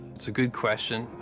that's a good question,